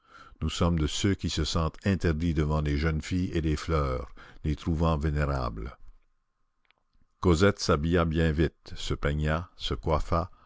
nous sommes de ceux qui se sentent interdits devant les jeunes filles et les fleurs les trouvant vénérables cosette s'habilla bien vite se peigna se coiffa